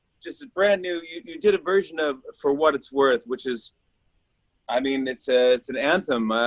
just a brand-new you you did a version of for what it's worth, which is i mean, it's ah it's an anthem.